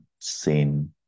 sin